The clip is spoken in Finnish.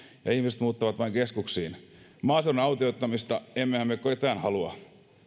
ja ihmiset muuttavat vain keskuksiin maaseudun autioittamistahan ei meistä kukaan halua